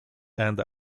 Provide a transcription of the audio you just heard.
and